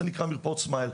זה נקרא מרפאות סמייל,